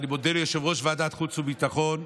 אני מודה ליושב-ראש ועדת חוץ וביטחון.